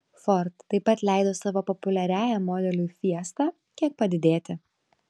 ford taip pat leido savo populiariajam modeliui fiesta kiek padidėti